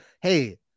Hey